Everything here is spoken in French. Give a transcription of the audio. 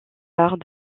arts